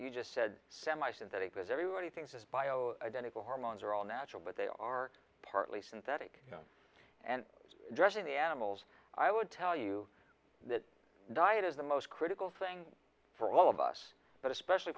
you just said semi synthetic as everybody thinks is bio identical hormones are all natural but they are partly synthetic and dressing the animals i would tell you that diet is the most critical thing for all of us but especially